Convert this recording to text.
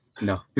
No